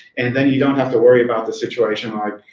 and then you don't have to worry about the situation, like,